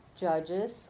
judges